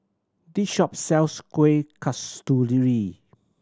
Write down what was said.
this shop sells Kuih Kasturi